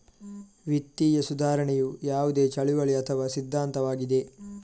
ವಿತ್ತೀಯ ಸುಧಾರಣೆಯು ಯಾವುದೇ ಚಳುವಳಿ ಅಥವಾ ಸಿದ್ಧಾಂತವಾಗಿದೆ